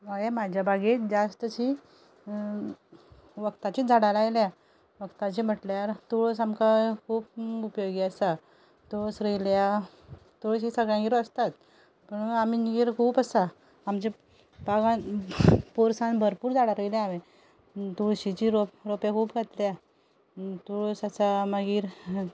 हांयें म्हाज्या बागेंत जास्तशी वखदाचीच झाडां लायल्या वखदाची म्हटल्यार तुळस आमकां खूब उपयोगी आसा तुळस रयल्या हा तुळशी सगल्यांगेरूच आसताच पूण आमगेर खूब आसा आमच्या बागान भरपूर झाडां रोयल्या हांवें तुळशीचे रोंपे खूब घातल्या तुळस आसा मागीर